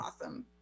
awesome